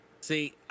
See